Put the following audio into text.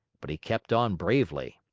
but he kept on bravely.